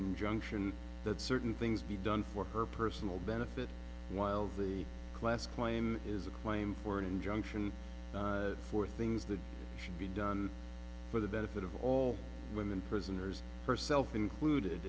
injunction that certain things be done for her personal benefit while the class claim is a claim for an injunction for things that should be done for the benefit of all women prisoners herself included